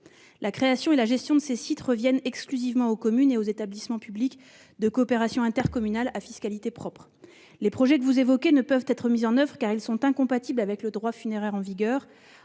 La création et la gestion de ces sites reviennent exclusivement aux communes et aux établissements publics de coopération intercommunale (EPCI) à fiscalité propre. Les projets que vous évoquez ne peuvent être mis en oeuvre car ils sont incompatibles avec le droit funéraire en vigueur.